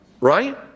right